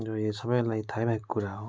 जो यो सबैलाई थाहै भएको कुरा हो